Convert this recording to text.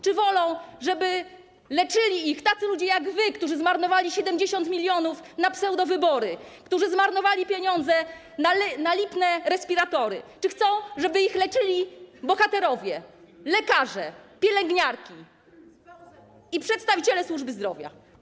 Czy wolą, żeby leczyli ich tacy ludzie jak wy, którzy zmarnowali 70 mln na pseudowybory, którzy zmarnowali pieniądze na lipne respiratory, czy chcą, żeby ich leczyli bohaterowie: lekarze, pielęgniarki, przedstawiciele służby zdrowia?